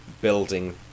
building